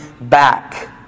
back